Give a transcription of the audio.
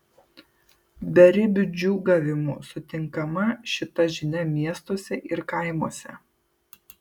beribiu džiūgavimu sutinkama šita žinia miestuose ir kaimuose